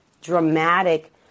dramatic